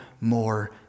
more